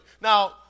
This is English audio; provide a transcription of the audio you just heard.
Now